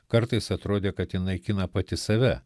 kartais atrodė kad ji naikina pati save